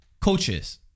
coaches